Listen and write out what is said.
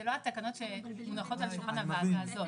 זה לא התקנות שמונחות על שולחן הוועדה הזאת.